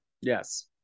Yes